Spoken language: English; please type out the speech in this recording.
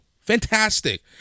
Fantastic